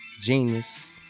Genius